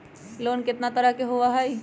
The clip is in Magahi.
लोन केतना तरह के होअ हई?